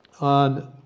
on